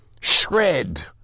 shred